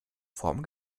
form